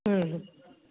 हम्म